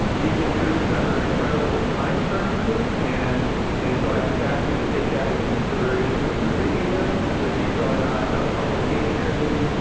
these were produced under incredible time pressure, and and so i just ask you to take that into consideration when you're reading them, that these are not publication-edited-quality